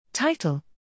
Title